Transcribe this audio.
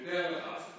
ויתר לך.